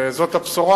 וזאת הבשורה.